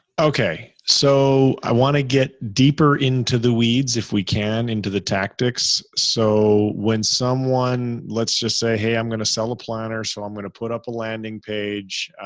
okay. so i want to get deeper into the weeds if we can into the tactics. so when someone, let's just say, hey, i'm going to sell a planner, so i'm going to put up a landing page,